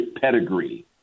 pedigree